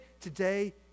today